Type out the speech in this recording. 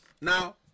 Now